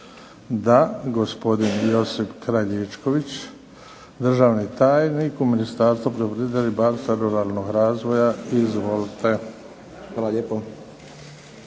Da. Gospodin Josip Kraljičković, državni tajnik u Ministarstvo poljoprivrede, ribarstva i ruralnog razvoja. Izvolite. **Kraljičković,